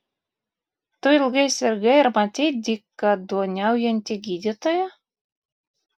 tu ilgai sirgai ar matei dykaduoniaujantį gydytoją